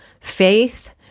faith